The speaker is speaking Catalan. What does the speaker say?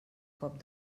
cop